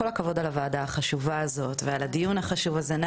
כל הכבוד על הוועדה החשובה הזו ועל קיום הדיון החשוב הזה.